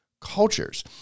cultures